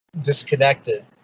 disconnected